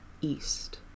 East